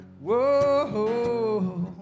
whoa